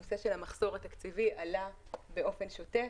נושא המחסור התקציבי עלה באופן שוטף,